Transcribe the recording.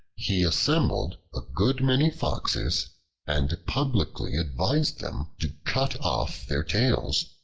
he assembled a good many foxes and publicly advised them to cut off their tails,